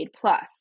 plus